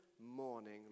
morning